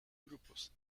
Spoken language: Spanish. grupos